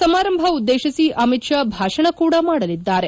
ಸಮಾರಂಭ ಉದ್ವೇಶಿಸಿ ಅಮಿತ್ ಶಾ ಭಾಷಣ ಕೂಡ ಮಾಡಲಿದ್ದಾರೆ